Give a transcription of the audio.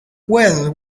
well